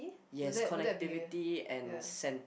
yes connectivity and sen~